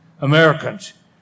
Americans